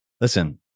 listen